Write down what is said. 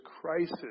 crisis